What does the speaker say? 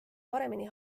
paremini